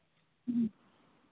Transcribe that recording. ᱦᱮᱸ